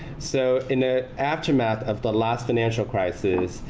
so in the aftermath of the last financial crisis,